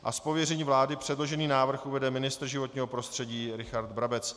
Z pověření vlády předložený návrh uvede ministr životního prostředí Richard Brabec.